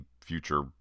future